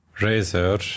razor